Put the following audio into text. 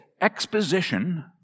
exposition